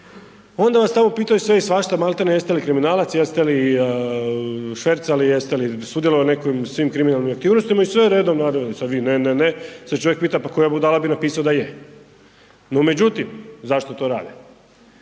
onda nas tamo pitaju sve i svašta, malte ne jeste li kriminalac, jeste li švercali, jeste li sudjelovali u nekim, svim kriminalnim aktivnostima i sve redom naveli, sad vi ne, ne, ne, sad se čovjek pita koja budala bi napisao da je, no međutim, zašto to rade?